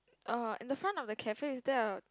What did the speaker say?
uh in the front of the cafe is there a